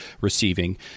receiving